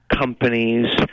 companies